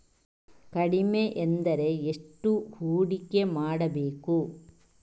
ಕಡಿಮೆ ಎಂದರೆ ಎಷ್ಟು ಹೂಡಿಕೆ ಮಾಡಬೇಕು?